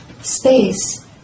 space